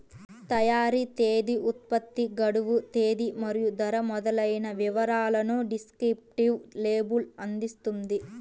తయారీ తేదీ, ఉత్పత్తి గడువు తేదీ మరియు ధర మొదలైన వివరాలను డిస్క్రిప్టివ్ లేబుల్ అందిస్తుంది